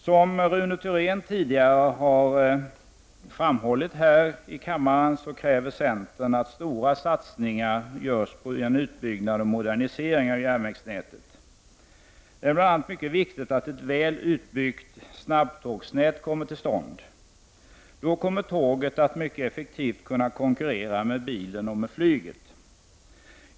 Som Rune Thorén tidigare här i kammaren har framhållit kräver centern att stora satsningar görs på en utbyggnad och en modernisering av järnvägsnätet. Det är bl.a. mycket viktigt att ett väl utbyggt snabbtågsnät kommer till stånd. Då kommer tåget att mycket effektivt kunna konkurrera med bilen och med flyget.